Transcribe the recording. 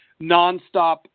nonstop